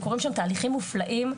קורים שם תהליכים מופלאים,